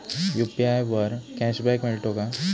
UPI वर cashback मिळतो का?